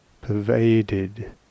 pervaded